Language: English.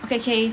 okay K